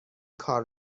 کار